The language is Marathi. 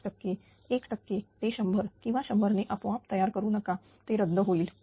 5टक्के 1 टक्के ते 100 किंवा 100 ने आपोआप तयार करू नका ते रद्द होईल